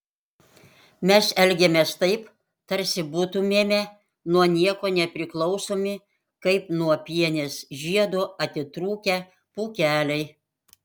mes elgiamės taip tarsi būtumėme nuo nieko nepriklausomi kaip nuo pienės žiedo atitrūkę pūkeliai